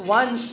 one